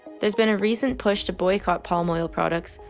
there's been a recent push to boycott palm oil products,